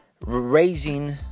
raising